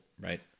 right